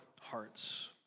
hearts